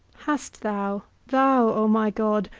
hast thou, thou, o my god,